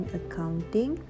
accounting